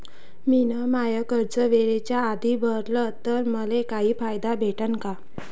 मिन माय कर्ज वेळेच्या आधी भरल तर मले काही फायदा भेटन का?